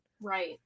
Right